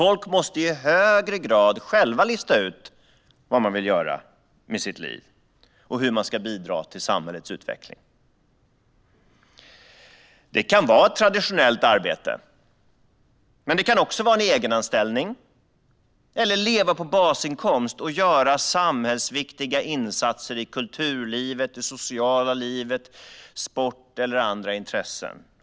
Folk måste i högre grad själva lista ut vad de vill göra med sina liv och hur man ska bidra till samhällets utveckling. Det kan vara ett traditionellt arbete, men det kan också vara en egenanställning. Man kan även leva på basinkomst och göra samhällsviktiga insatser i kulturlivet, i det sociala livet, inom sport eller andra intressen.